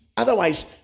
Otherwise